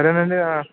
సరేనండి